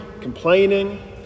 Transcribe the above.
complaining